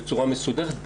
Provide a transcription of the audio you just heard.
בצורה מסודרת,